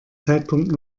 zeitpunkt